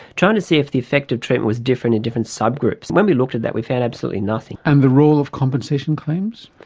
trying to see if the effect of treatment was different in different subgroups. and when we looked at that we found absolutely nothing. and the role of compensation claims?